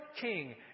king